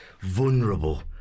vulnerable